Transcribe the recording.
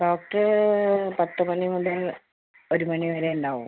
doctor പത്ത് മണി മുതൽ ഒരു മണി വരെയുണ്ടാവും